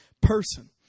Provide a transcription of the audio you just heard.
person